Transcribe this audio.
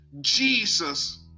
Jesus